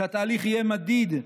שהתהליך יהיה מדיד,